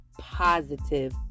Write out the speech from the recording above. positive